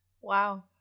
Wow